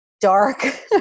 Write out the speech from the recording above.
dark